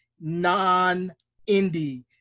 non-indie